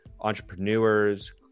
entrepreneurs